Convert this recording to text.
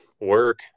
work